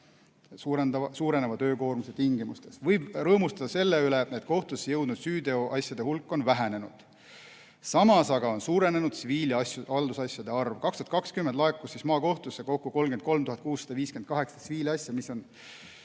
suureneva töökoormuse tingimustes eelarve kärped. Võib rõõmustada selle üle, et kohtusse jõudnud süüteoasjade hulk on vähenenud. Samas on suurenenud tsiviil- ja haldusasjade arv. 2020 laekus maakohtusse kokku 33 658 tsiviilasja, mis on